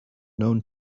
known